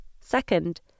Second